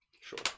Sure